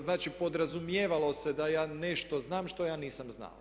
Znači, podrazumijevalo se da ja nešto znam što ja nisam znao.